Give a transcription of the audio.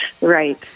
Right